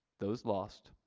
those lost.